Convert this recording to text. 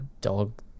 dog